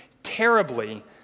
terribly